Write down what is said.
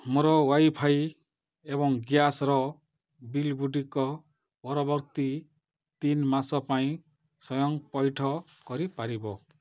ମୋର wifi ଏବଂ ଗ୍ୟାସ୍ର ବିଲ୍ ଗୁଡ଼ିକ ପରବର୍ତ୍ତୀ ତିନି ମାସ ପାଇଁ ସ୍ଵୟଂ ପଇଠ କରିପାରିବ